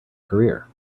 career